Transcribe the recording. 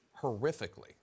horrifically